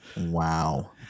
Wow